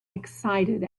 excited